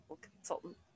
consultant